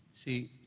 see,